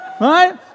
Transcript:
right